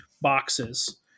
boxes